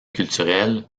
culturelles